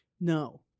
No